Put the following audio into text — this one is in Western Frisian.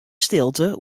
stilte